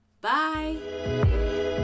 Bye